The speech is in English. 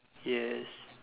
yes